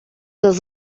does